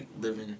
living